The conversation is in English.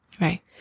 right